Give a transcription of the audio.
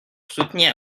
soutenir